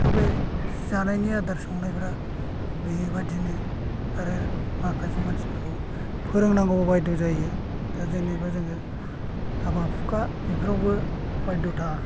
बेथ' बे जानायनि आदार संनायफ्रा बेबादिनो आरो माखासे मानसिफोरखौ फोरोंनागौ बायद' जायो दा जेनोबा जोङो हाबा हुखा बेफोरावबो बायद'था